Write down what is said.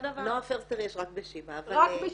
-- נעה פרסטר יש רק בשיבא אבל -- רק בשיבא.